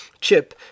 Chip